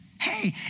Hey